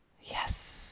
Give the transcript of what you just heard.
Yes